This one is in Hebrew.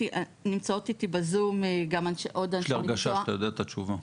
יש לי הרגשה שאתה יודע את התשובה.